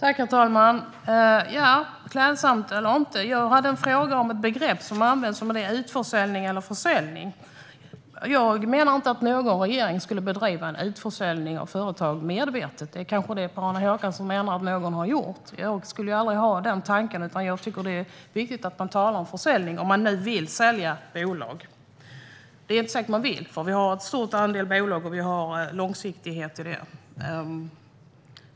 Herr talman! Klädsamt eller inte - jag hade en fråga om ett begrepp som används. Är det "utförsäljning" eller "försäljning"? Jag menar inte att någon regering medvetet skulle bedriva en utförsäljning av företag. Det kanske är det Per-Arne Håkansson menar att någon har gjort, men jag skulle aldrig ha den tanken. Jag tycker i stället att det är viktigt att man talar om "försäljning" - om man nu vill sälja bolag. Det är inte säkert att man vill det. Vi har ett stort antal bolag, och vi har långsiktighet i det.